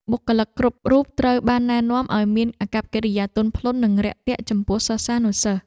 បុគ្គលិកគ្រប់រូបត្រូវបានណែនាំឱ្យមានអាកប្បកិរិយាទន់ភ្លន់និងរាក់ទាក់ចំពោះសិស្សានុសិស្ស។